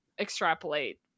extrapolate